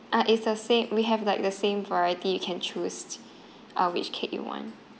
uh it's the same we have like the same variety you can choose uh which cake you want